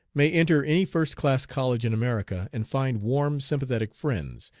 may enter any first-class college in america and find warm sympathetic friends,